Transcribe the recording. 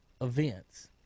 events